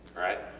alright.